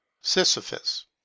Sisyphus